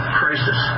crisis